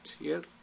yes